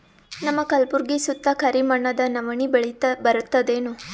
ನಮ್ಮ ಕಲ್ಬುರ್ಗಿ ಸುತ್ತ ಕರಿ ಮಣ್ಣದ ನವಣಿ ಬೇಳಿ ಬರ್ತದೇನು?